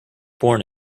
born